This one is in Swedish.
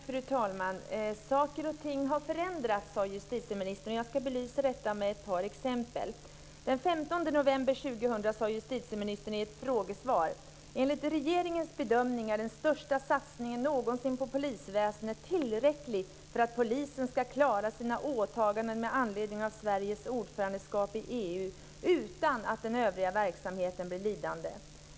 Fru talman! Saker och ting har förändrats, sade justitieministern. Jag ska belysa detta med ett par exempel. Den 15 november 2000 sade justitieministern i ett frågesvar: Enligt regeringens bedömning är den största satsningen någonsin på polisväsendet tillräcklig för att polisen ska klara sina åtaganden med anledning av Sveriges ordförandeskap i EU utan att den övriga verksamheten blir lidande.